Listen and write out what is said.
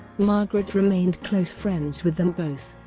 margaret remained close friends with them both.